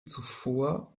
zuvor